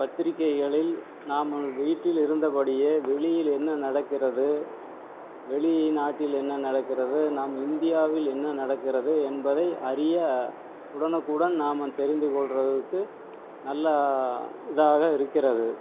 பத்திரிக்கைகளில் நாம் நமது வீட்டில் இருந்தபடியே வெளியில் என்ன நடக்கிறது வெளிநாட்டில் என்ன நடக்கிறது நாம் இந்தியாவில் என்ன நடக்கிறது என்பதை அறிய உடனுக்குடன் நாம் தெரிந்துக்கொள்கிறதுக்கு நல்லா இதாக இருக்கிறது